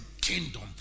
kingdom